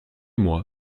moi